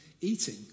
eating